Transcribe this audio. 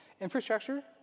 Infrastructure